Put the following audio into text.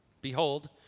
Behold